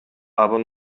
aber